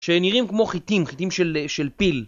שנראים כמו חיטים, חיטים של פיל